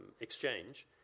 exchange